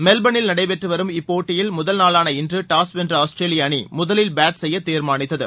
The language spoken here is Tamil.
மெல்போர்னில் நடைபெற்றுவரும் இப்போட்டியின் முதல் நாளான இன்றுடாஸ் வென்ற ஆஸ்திரேலியஅணிமுதலில் பேட் செய்யதீர்மானித்தது